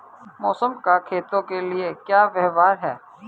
मौसम का खेतों के लिये क्या व्यवहार है?